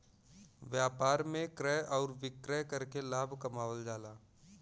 व्यापार में क्रय आउर विक्रय करके लाभ कमावल जाला